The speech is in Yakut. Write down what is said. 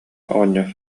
оҕонньор